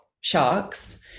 sharks